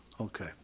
okay